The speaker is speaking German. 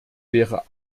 wäre